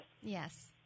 Yes